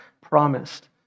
promised